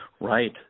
Right